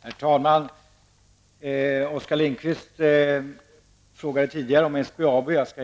Herr talman! Oskar Lindkvist ställde tidigare en fråga till